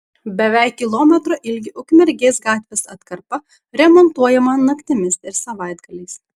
beveik kilometro ilgio ukmergės gatvės atkarpa remontuojama naktimis ir savaitgaliais